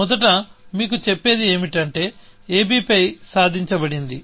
మొదట మీకు చెప్పేది ఏమిటంటే ab పై సాధించబడింది